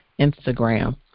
Instagram